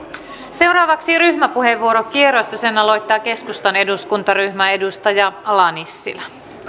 seuraavaksi ryhmäpuheenvuorokierros ja sen aloittaa keskustan eduskuntaryhmä edustaja ala nissilä